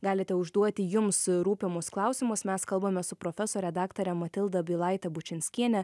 galite užduoti jums rūpimus klausimus mes kalbame su profesore daktare matilda bylaite bučinskiene